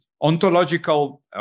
ontological